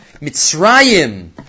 Mitzrayim